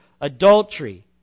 adultery